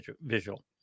visual